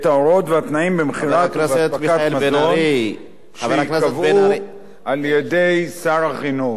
את ההוראות והתנאים במכירה ובהפקה של מזון שייקבעו על-ידי שר החינוך.